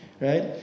right